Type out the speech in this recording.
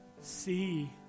See